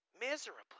miserably